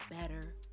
better